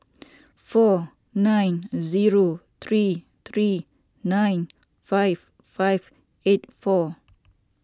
four nine three three nine five five eight four